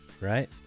right